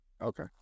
Okay